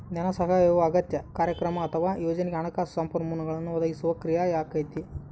ಧನಸಹಾಯವು ಅಗತ್ಯ ಕಾರ್ಯಕ್ರಮ ಅಥವಾ ಯೋಜನೆಗೆ ಹಣಕಾಸು ಸಂಪನ್ಮೂಲಗಳನ್ನು ಒದಗಿಸುವ ಕ್ರಿಯೆಯಾಗೈತೆ